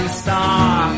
star